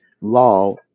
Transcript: law